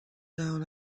down